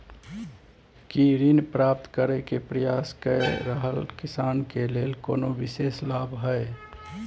की ऋण प्राप्त करय के प्रयास कए रहल किसान के लेल कोनो विशेष लाभ हय?